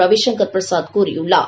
ரவி சங்கர் பிரசாத் கூறியுள்ளார்